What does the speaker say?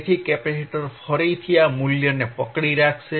તેથી કેપેસિટર ફરીથી આ મૂલ્યને પકડી રાખશે